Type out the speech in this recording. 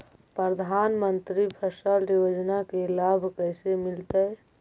प्रधानमंत्री फसल योजना के लाभ कैसे मिलतै?